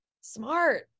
smart